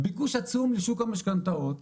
ביקוש עצום לשוק המשכנתאות,